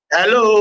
Hello